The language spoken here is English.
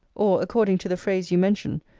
or, according to the phrase you mention,